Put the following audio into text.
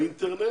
באינטרנט,